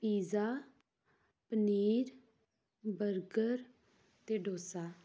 pizza paneer burger ਅਤੇ ਡੋਸਾ